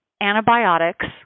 antibiotics